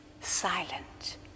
silent